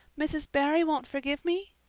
mrs. barry won't forgive me?